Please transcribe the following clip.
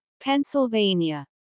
pennsylvania